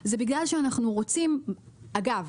אגב,